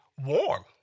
warm